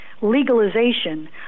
legalization